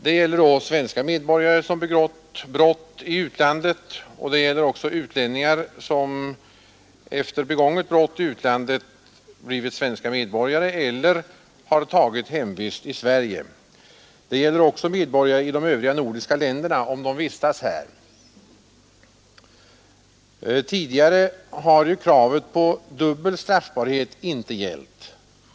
Det gäller svenska medborgare som begått brott i utlandet, och det gäller utlänningar som efter begånget brott i utlandet blivit svenska medborgare eller tagit hemvist i Sverige. Det gäller också medborgare i de övriga nordiska länderna om de vistas här. Tidigare har kravet på dubbel straffbarhet inte gällt.